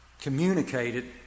communicated